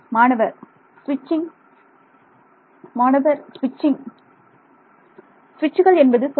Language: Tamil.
மாணவர் சுவிட்சிங் மாணவர் சுவிட்சிங் சுவிட்சுகள் என்பது சரி